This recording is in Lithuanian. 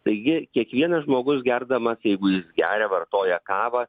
taigi kiekvienas žmogus gerdamas jeigu jis geria vartoja kavą